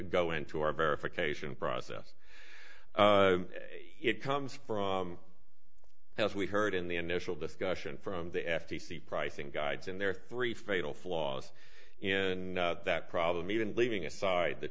go into our verification process it comes from as we heard in the initial discussion from the f t c pricing guides and there are three fatal flaws in that problem even leaving aside the